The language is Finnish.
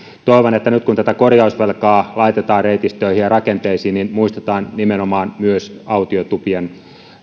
toivon että nyt kun tätä korjausvelkaa laitetaan reitistöihin ja rakenteisiin niin muistetaan nimenomaan myös autiotupien